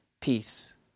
peace